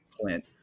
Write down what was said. Clint